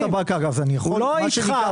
הוא לא איתך.